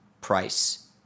price